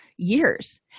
Years